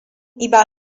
iba